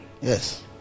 yes